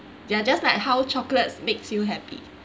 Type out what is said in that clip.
ya just like how chocolates makes you happy